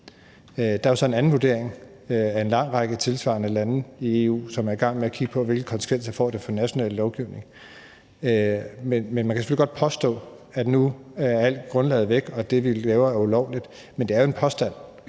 Der er jo så en anden vurdering i en lang række tilsvarende lande i EU, som er i gang med at kigge på, hvilke konsekvenser det får for national lovgivning. Men man kan selvfølgelig godt påstå, at nu er hele grundlaget væk og det, vi laver, er ulovligt, men det er jo en påstand.